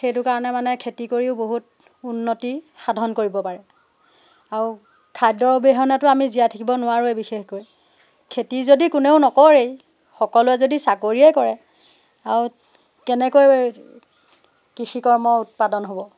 সেইটো কাৰণে মানে খেতি কৰিও বহুত উন্নতি সাধন কৰিব পাৰে আৰু খাদ্য অবিহনেতো আমি জীয়াই থাকিব নোৱাৰোৱেই বিশেষকৈ খেতি যদি কোনেও নকৰেই সকলোৱে যদি চাকৰিয়েই কৰে আৰু কেনেকৈ কৃষি কৰ্ম উৎপাদন হ'ব